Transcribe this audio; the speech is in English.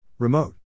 remote